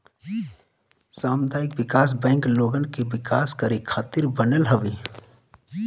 सामुदायिक विकास बैंक लोगन के विकास करे खातिर बनल हवे